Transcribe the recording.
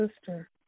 sister